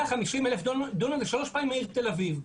150,000 דונם זה שלוש פעמים העיר תל אביב,